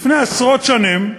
לפני עשרות שנים,